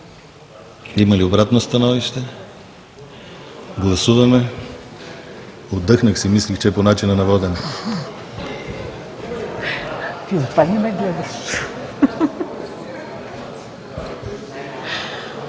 Има ли обратно становище? Гласуваме. Отдъхнах си. Мислех, че е по начина на водене.